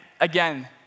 again